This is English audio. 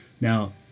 Now